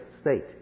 state